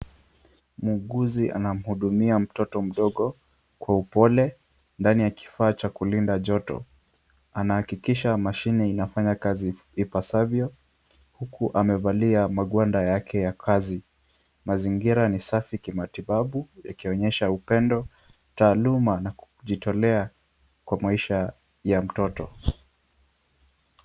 Muuguzi anamhudumia mtoto mdogo kwa upole ndani ya kifaa cha kulinda njoto, anahakikisha mashine inafanya kazi ipasavyo huku amevalia magwanda yake ya kazi. Mazingira ni safi kimatibabu yakionyesha upendo, taaluma na kujitolea kwa maisha ya mtoto.